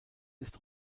ist